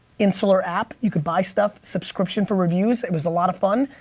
insular app, you could buy stuff. subscription for reviews. it was a lot of fun.